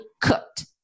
cooked